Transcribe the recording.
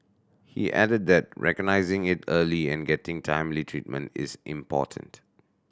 he added that recognising it early and getting timely treatment is important